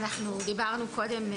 אנחנו דיברנו קודם,